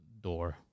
Door